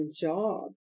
job